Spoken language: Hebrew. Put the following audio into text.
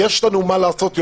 יש לנו מה לעשות עוד?